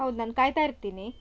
ಹೌದು ನಾನು ಕಾಯ್ತಾ ಇರ್ತೀನಿ